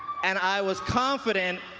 and i was confident,